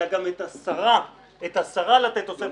אלא גם את השרה לתת תוספת ניקוד.